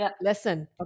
listen